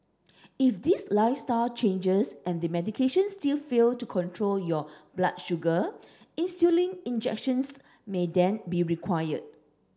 if these lifestyle changes and the medication still fail to control your blood sugar insulin injections may then be required